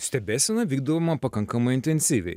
stebėsena vykdoma pakankamai intensyviai